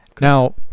Now